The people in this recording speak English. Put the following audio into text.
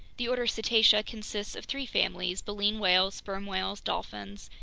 the order cetacea consists of three families, baleen whales, sperm whales, dolphins,